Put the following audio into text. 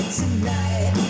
tonight